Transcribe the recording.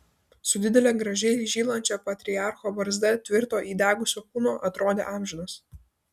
su didele gražiai žylančia patriarcho barzda tvirto įdegusio kūno atrodė amžinas